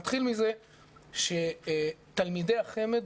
נתחיל מזה שתלמידי החמ"ד,